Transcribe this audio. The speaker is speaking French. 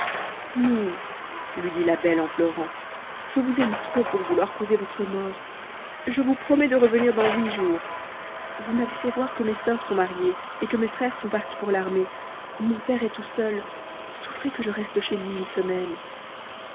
non lui dit la belle en pleurant je vous aime trop pour vouloir causer votre mort je vous promets de revenir dans huit jours vous m'avez fait voir que mes sœurs sont mariées et que mes frères sont partis pour l'armée mon père est tout seul souffrez que je reste chez lui une semaine